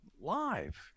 live